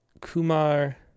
Kumar